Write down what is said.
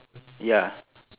ya